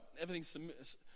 Everything's